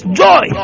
joy